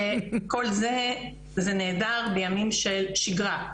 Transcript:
שכל זה זה נהדר בימים של שגרה,